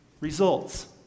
results